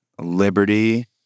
Liberty